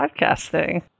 podcasting